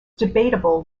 debatable